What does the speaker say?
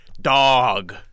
dog